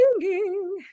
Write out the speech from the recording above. singing